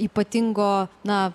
ypatingo na